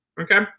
Okay